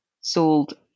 sold